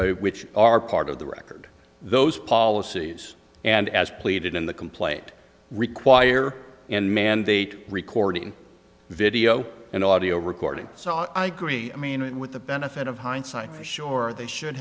policies which are part of the record those policies and as pleaded in the complaint require and mandate recording video and audio recording so i agree i mean it with the benefit of hindsight sure they should